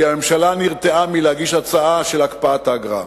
כי הממשלה נרתעה מלהגיש הצעה של הקפאת האגרה.